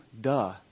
duh